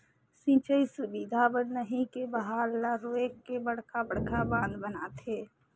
सिंचई सुबिधा बर नही के बहाल ल रोयक के बड़खा बड़खा बांध बनाथे